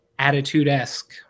attitude-esque